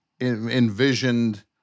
envisioned